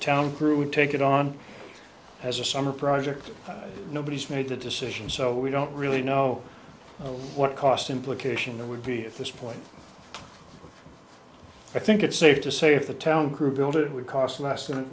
town crew would take it on as a summer project nobody has made the decision so we don't really know what cost implication there would be at this point i think it's safe to say if the town crew build it would cost less than